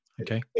okay